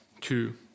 two